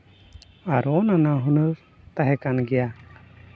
ᱟᱨᱚ ᱱᱟᱱᱟ ᱦᱩᱱᱟᱹᱨ ᱛᱟᱦᱮᱸ ᱠᱟᱱ ᱜᱮᱭᱟ